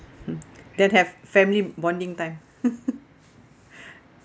hmm then have family bonding time